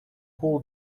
hall